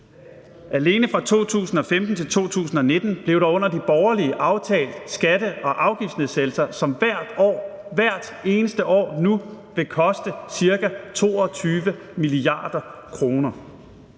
Alene fra 2015-2019 blev der under de borgerlige aftalt skatte- og afgiftsnedsættelser, som hvert eneste år vil koste ca. 22 mia. kr.